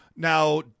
Now